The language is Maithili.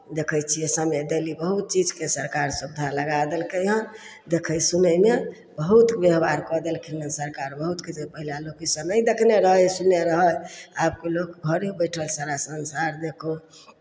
देखै छियै समय देली बहुत चीजके सरकार सुविधा लगा देलकै हन देखय सुनयमे बहुत व्यवहार कऽ देलखिन हेँ सरकार बहुतके पहिले लोक इसभ नहि देखने रहय सुनै रहय आब लोक घरे बैठल सारा संसार देखहु